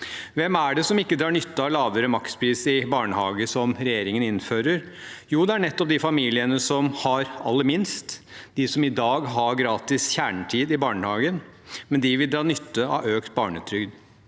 Hvem er det som ikke drar nytte av lavere makspris i barnehagen, som regjeringen innfører? Jo, det er nettopp de familiene som har aller minst, de som i dag har gratis kjernetid i barnehagen – men de vil dra nytte av økt barnetrygd.